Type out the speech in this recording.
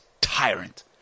tyrant